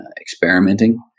experimenting